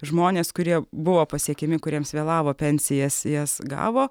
žmonės kurie buvo pasiekiami kuriems vėlavo pensijas jas gavo